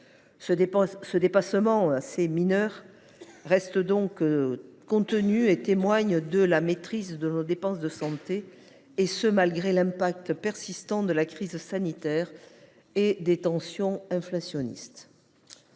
Le dépassement, assez mineur, reste donc contenu et témoigne de la maîtrise de nos dépenses de santé, et ce malgré l’impact persistant de la crise sanitaire et des tensions inflationnistes.